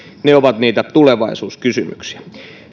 ne ovat niitä tulevaisuuskysymyksiä